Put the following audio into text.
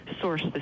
source